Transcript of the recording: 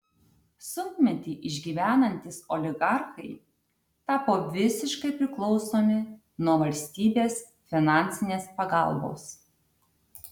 sunkmetį išgyvenantys oligarchai tapo visiškai priklausomi nuo valstybės finansinės pagalbos